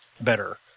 better